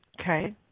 Okay